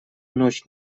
ночь